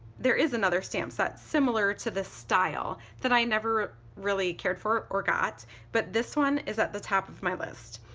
there is another stamp set similar to this style that i never really cared for or got but this one is at the top of my list.